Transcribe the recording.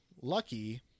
Lucky